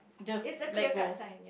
it's a clear cut sign